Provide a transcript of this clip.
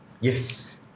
Yes